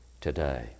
today